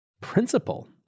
principle